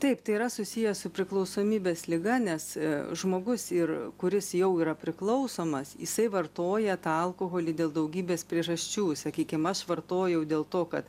taip tai yra susiję su priklausomybės liga nes žmogus ir kuris jau yra priklausomas jisai vartoja alkoholį dėl daugybės priežasčių sakykim aš vartojau dėl to kad